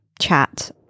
chat